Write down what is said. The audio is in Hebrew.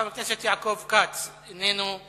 חבר הכנסת יעקב כץ איננו.